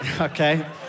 Okay